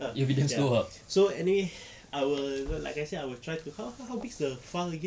ah ya so anyway I will like I said I will try to how how how big is the file again